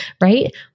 right